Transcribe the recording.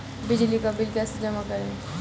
बिजली का बिल कैसे जमा करें?